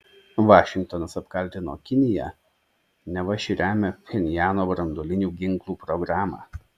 vašingtonas apkaltino kiniją neva ši remia pchenjano branduolinių ginklų programą